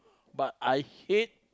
but I hate